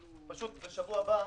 פשוט בשבוע הבא,